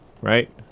right